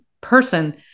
person